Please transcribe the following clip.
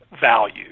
value